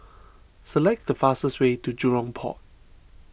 select the fastest way to Jurong Port